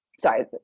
Sorry